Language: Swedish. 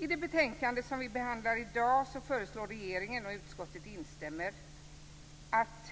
I det betänkande som vi behandlar i dag föreslår regeringen att